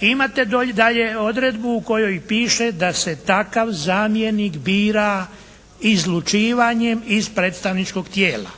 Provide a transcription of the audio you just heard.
Imate dalje odredbu u kojoj piše da se takav zamjenik bira izlučivanjem iz predstavničkog tijela.